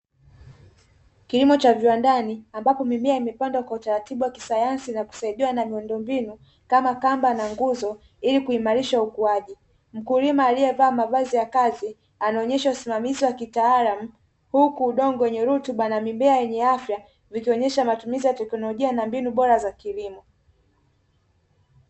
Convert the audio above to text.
Kilimo cha viwandani ambapo mimea imepandwa kwa utaratibu wa kisayansi na kusaidiwa na miundombinu, kama kamba na nguzo ili kuimarisha ukuaji mkulima, aliyevaa mavazi ya kazi anaonyeshwa usimamizi wa kitaalamu, huku udongo wenye rutuba na mimea yenye afya vikionyesha matumizi ya teknolojia na mbinu bora za kilimo.